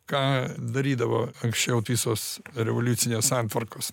ką darydavo anksčiau visos revoliucinės santvarkos